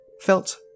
felt